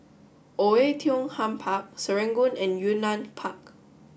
Oei Tiong Ham Park Serangoon and Yunnan Park